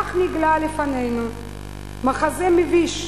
כך נגלה לפנינו מחזה מביש,